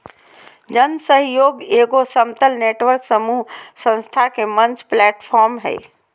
जन सहइोग एगो समतल नेटवर्क समूह संस्था के मंच प्लैटफ़ार्म हइ